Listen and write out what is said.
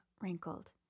wrinkled